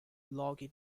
lough